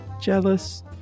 Jealous